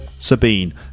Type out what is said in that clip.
Sabine